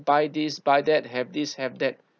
buy this buy that have this have that